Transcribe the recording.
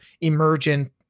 emergent